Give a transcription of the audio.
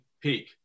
peak